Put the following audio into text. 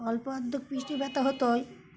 অল্প অল্প পিঠে ব্যথা হতোই